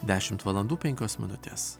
dešimt valandų penkios minutės